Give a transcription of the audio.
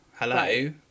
Hello